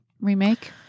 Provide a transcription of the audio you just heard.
remake